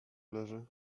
leżę